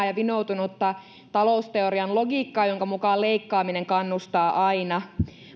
ja vinoutunutta talousteorian logiikkaa jonka mukaan leikkaaminen kannustaa aina